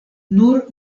nur